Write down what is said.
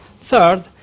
Third